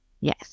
Yes